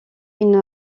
une